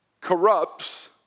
corrupts